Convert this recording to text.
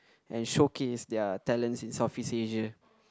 and showcase their talents in Southeast Asia